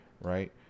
right